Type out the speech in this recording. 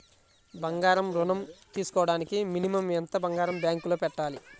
బంగారం ఋణం తీసుకోవడానికి మినిమం ఎంత బంగారం బ్యాంకులో పెట్టాలి?